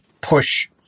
push